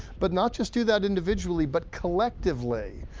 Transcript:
but not just do that individually, but collectively.